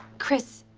chris,